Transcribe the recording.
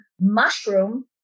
mushroom